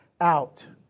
out